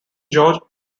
george